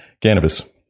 Cannabis